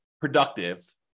productive